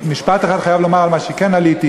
משפט אחד אני חייב לומר על מה שכן עליתי,